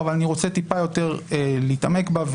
אבל אני רוצה טיפה יותר להתעמק בה,